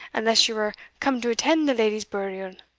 unless ye were come to attend the leddy's burial?